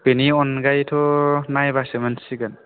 बेनि अनगायैथ' नायबासो मिनथिसिगोन